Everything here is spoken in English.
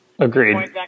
Agreed